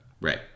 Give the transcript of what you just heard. Right